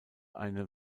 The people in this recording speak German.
eine